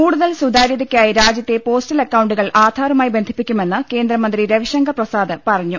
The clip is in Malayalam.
കൂടുതൽ സുതാര്യതക്കായി രാജ്യത്തെ പോസ്റ്റൽ അക്കൌണ്ടുകൾ ആധാറുമായി ബന്ധിപ്പിക്കുമെന്ന് കേന്ദ്ര മന്ത്രി രവിശങ്കർ പ്രസാദ് പറഞ്ഞു